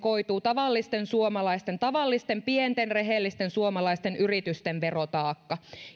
koituu tavallisten suomalaisten tavallisten pienten rehellisten suomalaisten yritysten verotaakka